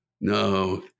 No